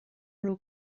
raibh